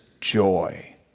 joy